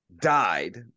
died